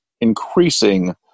increasing